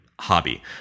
hobby